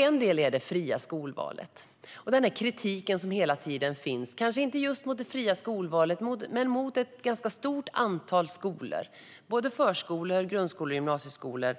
En sak är det fria skolvalet och den kritik som hela tiden finns. Denna riktar sig kanske inte just mot det fria skolvalet men mot ett ganska stort antal skolor, såväl mot förskolor som mot grundskolor och gymnasieskolor.